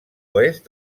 oest